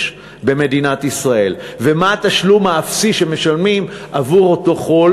במדינת ישראל ומה התשלום האפסי שמשלמים עבור אותו חול